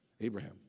Abraham